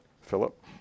Philip